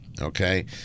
Okay